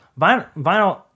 vinyl